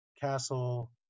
castle